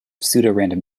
pseudorandom